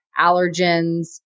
allergens